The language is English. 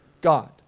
God